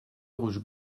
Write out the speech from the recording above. rouge